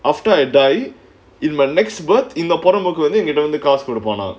after I die in my next birth இந்த புறம்போக்கு வந்து என்கிட்ட காசு கொடுப்பானா:intha purampokku vanthu enkitta kaasu koduppaanaa